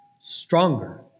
stronger